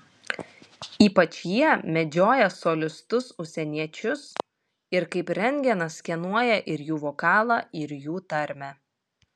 ypač jie medžioja solistus užsieniečius ir kaip rentgenas skenuoja ir jų vokalą ir jų tarmę